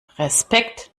respekt